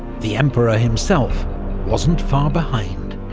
the emperor himself wasn't far behind.